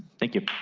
thank you.